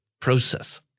process